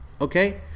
Okay